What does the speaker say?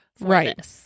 Right